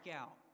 out